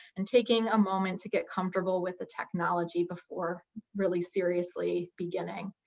and taking a moment to get comfortable with the technology before really seriously beginning.